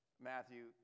Matthew